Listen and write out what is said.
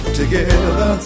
together